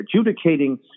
adjudicating